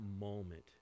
moment